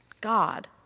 God